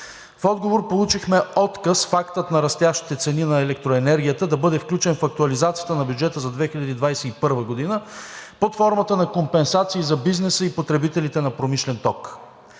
В отговор получихме отказ фактът на растящите цени на електроенергията да бъде включен в актуализацията на бюджета за 2021 г. под формата на компенсации за бизнеса и потребителите на промишлен ток.